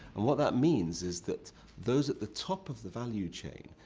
and what that means is that those at the top of the value chain,